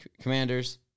Commanders